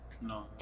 No